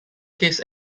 case